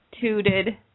tooted